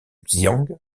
xian